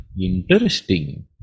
Interesting